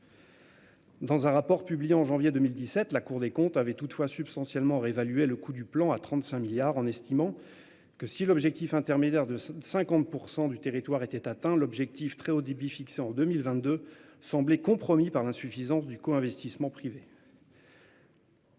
Dans un rapport publié en janvier 2017, la Cour des comptes avait toutefois substantiellement réévalué le coût du plan à 35 milliards d'euros, et estimé que si l'objectif intermédiaire d'une couverture de 50 % du territoire était atteint, l'objectif en matière de très haut débit fixé pour 2022 semblait compromis par l'insuffisance du co-investissement privé.